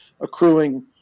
accruing